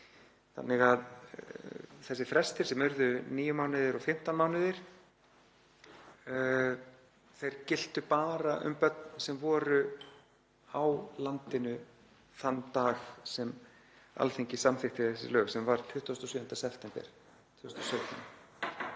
þannig að þessir frestir sem urðu 9 mánuðir og 15 mánuðir giltu bara um börn sem voru á landinu þann dag sem Alþingi samþykkti þessi lög, sem var 27. september 2017.